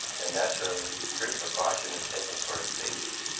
and, naturally, extreme precaution is taken for its safety.